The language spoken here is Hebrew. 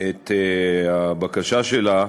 את הבקשה שלה,